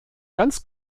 ganz